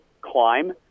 climb